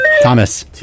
Thomas